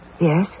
Yes